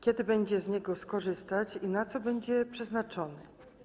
Kiedy będzie można z niego skorzystać i na co będzie przeznaczony?